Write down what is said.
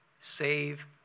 save